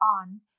on